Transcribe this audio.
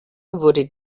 wurde